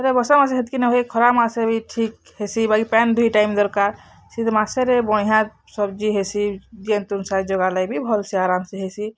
ତାପରେ ବର୍ଷା ମାସେ ହେତିକ୍ ନାଇଁ ହୁଏ ଖରାମାସ୍ ରେ ବି ଠିକ୍ ହେସି ବାକି ପାନ୍ ଦୁଇ ଟାଇମ୍ ଦର୍କାର୍ ସେଥି ମାସରେ ବହିଁହା ସବ୍ଜି ହେସି ଯେନ୍ ତୁନ୍ ଶାଗ୍ ଜଗାଲେଗି ବି ଭଲ୍ ସେ ଆରାମ୍ ସେ ହେସି